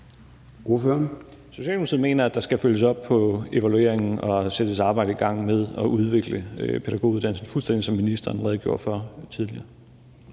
Socialdemokratiet mener, at der skal følges op på evalueringen og sættes et arbejde i gang med at udvikle pædagoguddannelsen, fuldstændig som ministeren redegjorde for tidligere.